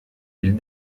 ils